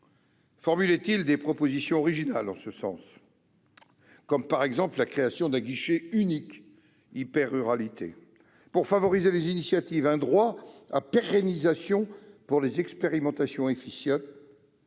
formulait-il des propositions originales en ce sens, comme la création d'un « guichet unique hyper-ruralité » pour favoriser les initiatives, un droit à pérennisation pour les expérimentations efficientes